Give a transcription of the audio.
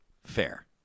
fair